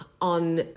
on